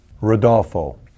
Rodolfo